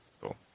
Cool